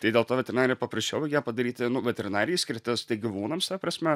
tai dėl to veterinarijai paprašiau jie padaryti nu veterinarijai skirtas tai gyvūnams ta prasme